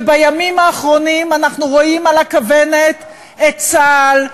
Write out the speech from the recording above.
ובימים האחרונים אנחנו רואים על הכוונת את צה"ל,